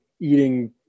eating